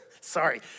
Sorry